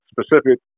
specific